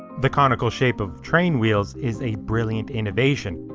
the conical shape of train wheels is a brilliant innovation.